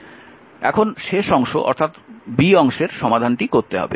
এখন এখন শেষ অংশ অর্থাৎ অংশটির সমাধান করতে হবে